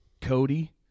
cody